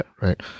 right